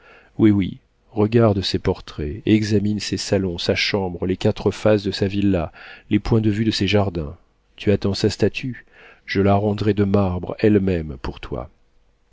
oui oui regarde ses portraits examine ses salons sa chambre les quatre faces de sa villa les points de vue de ses jardins tu attends sa statue je la rendrai de marbre elle-même pour toi